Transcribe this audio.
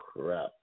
crap